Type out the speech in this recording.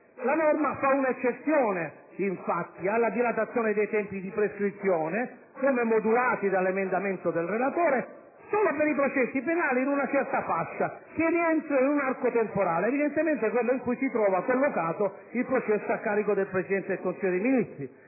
infatti, fa un'eccezione alla dilatazione dei tempi di prescrizione - come modulati dall'emendamento del relatore - con riferimento ai processi penali di una certa fascia, che rientrino in un certo arco temporale, che poi evidentemente è quello in cui si trova collocato il processo a carico del Presidente del Consiglio dei ministri.